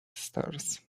stars